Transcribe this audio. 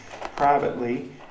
privately